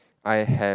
I have